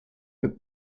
but